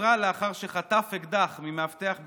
שנוטרל לאחר שחטף אקדח ממאבטח בירושלים,